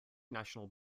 national